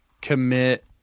commit